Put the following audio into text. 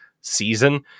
season